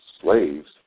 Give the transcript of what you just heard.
slaves